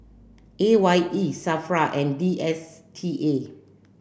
A Y E SAFRA and D S T A